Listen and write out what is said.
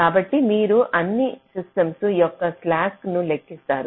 కాబట్టి మీరు అన్ని సిస్టమ్స్ యొక్క స్లాక్ ను లెక్కిస్తారు